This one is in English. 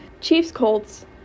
Chiefs-Colts